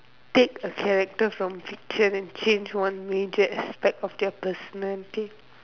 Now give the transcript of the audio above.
take a character from fiction and change one major aspect of their personality